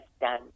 done